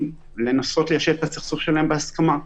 לנסות ליישב את הסכסוך שלהם בהסכמה.